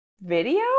video